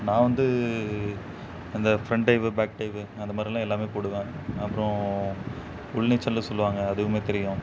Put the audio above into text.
நான் வந்து அந்த ஃப்ரெண்ட் டைவு பேக் டைவு அந்த மாதிரிலாம் எல்லாமே போடுவேன் அப்பறம் உள் நீச்சல்னு சொல்லுவாங்கள் அதுவுமே தெரியும்